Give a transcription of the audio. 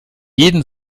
jeden